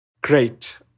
Great